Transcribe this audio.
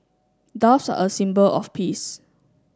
doves are a symbol of peace